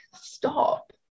stop